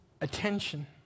attention